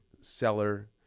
seller